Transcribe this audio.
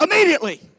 immediately